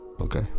Okay